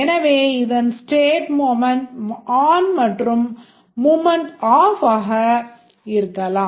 எனவே இதன் ஸ்டேட் இருக்கலாம்